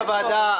יושב-ראש הוועדה,